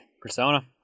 Persona